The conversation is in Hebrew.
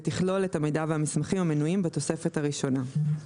ותכלול את המידע והמסמכים המנויים בתוספת הראשונה.